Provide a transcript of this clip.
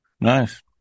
nice